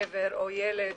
גבר או ילד,